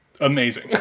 amazing